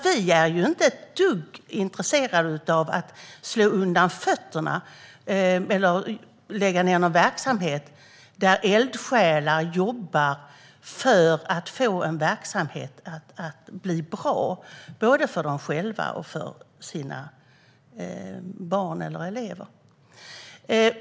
Vi är inte ett dugg intresserade av att slå undan fötterna för eller lägga ned någon verksamhet där eldsjälar jobbar för att få en verksamhet att bli bra både för dem själva och för sina barn eller elever.